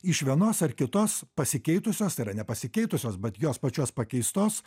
iš vienos ar kitos pasikeitusios tai yra nepasikeitusios bet jos pačios pakeistos